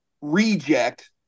reject